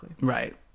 Right